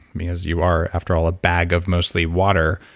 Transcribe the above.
because you are, after all, a bag of mostly water,